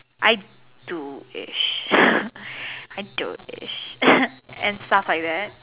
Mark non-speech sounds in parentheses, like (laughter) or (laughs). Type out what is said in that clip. I do ish (laughs) I don't ish (coughs) and stuff like that